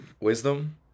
Wisdom